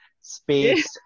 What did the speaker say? space